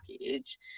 package